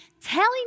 telling